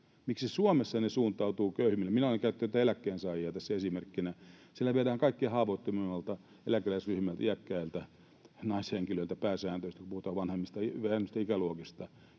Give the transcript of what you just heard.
Miksi Suomessa ne suuntautuvat köyhimmille? Minä olen käyttänyt eläkkeensaajia tässä esimerkkinä. Siellä viedään kaikkein haavoittuvimmalta eläkeläisryhmältä, pääsääntöisesti iäkkäiltä naishenkilöiltä, kun puhutaan vanhemmista ikäluokista,